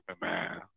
man